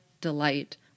delight